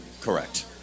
correct